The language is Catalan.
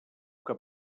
que